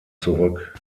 zurück